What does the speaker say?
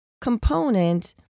component